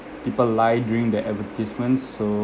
people lie during their advertisements so